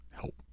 Help